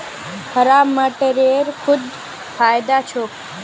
हरा मटरेर खूब फायदा छोक